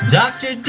doctor